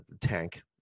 tank